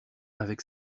avec